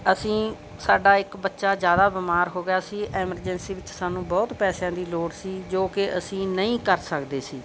ਅਸੀਂ ਸਾਡਾ ਇੱਕ ਬੱਚਾ ਜ਼ਿਆਦਾ ਬਿਮਾਰ ਹੋ ਗਿਆ ਸੀ ਐਮਰਜੈਂਸੀ ਵਿੱਚ ਸਾਨੂੰ ਬਹੁਤ ਪੈਸਿਆਂ ਦੀ ਲੋੜ ਸੀ ਜੋ ਕਿ ਅਸੀਂ ਨਹੀਂ ਕਰ ਸਕਦੇ ਸੀ